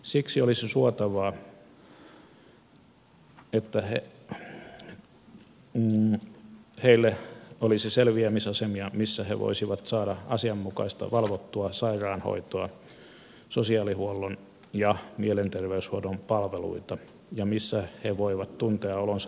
siksi olisi suotavaa että heille olisi selviämisasemia missä he voisivat saada asianmukaista valvottua sairaanhoitoa sosiaalihuollon ja mielenterveyshoidon palveluita ja missä he voivat tuntea olonsa turvalliseksi